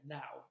now